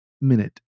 minute